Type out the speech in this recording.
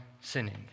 sinning